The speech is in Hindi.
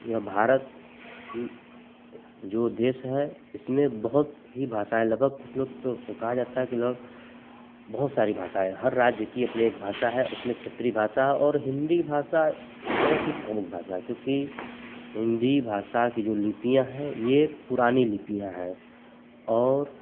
यह भारत जो देश है इसमें बहुत ही भाषाएँ हैं लगभग कुछ लोग तो वह कहा जाता है कि लोग बहुत सारी भाषाएँ हैं हर राज्य की अपनी एक भाषा है उसमें क्षेत्रीय भाषा और हिन्दी भाषा बहुत ही प्रमुख भाषा है क्योंकि हिन्दी भाषा की जो लिपियाँ हैं यह पुरानी लिपियाँ हैं और